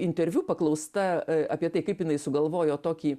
interviu paklausta apie tai kaip jinai sugalvojo tokį